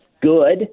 good